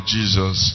Jesus